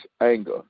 anger